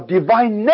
divine